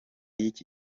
y’iki